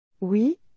Oui